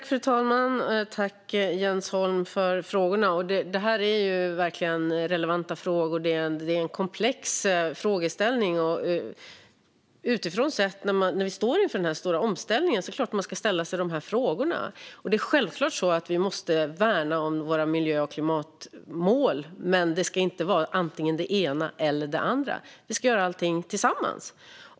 Fru talman! Jag tackar Jens Holm för frågorna. Det här är verkligen relevanta frågor och en komplex frågeställning. När vi nu står inför denna stora omställning ska vi såklart ställa oss dessa frågor. Vi måste självklart värna om våra miljö och klimatmål, men det ska inte vara antingen det ena eller det andra, utan vi ska göra alltsammans.